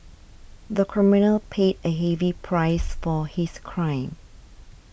the criminal paid a heavy price for his crime